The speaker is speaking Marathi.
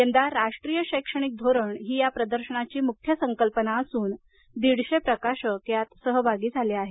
यंदा राष्ट्रीय शैक्षणिक धोरण ही या प्रदर्शनाची मुख्य संकल्पना असून दीडशे प्रकाशक यात सहभागी झाले आहेत